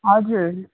हजुर